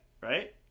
right